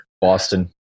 Boston